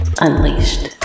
Unleashed